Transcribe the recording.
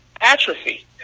atrophy